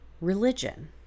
religion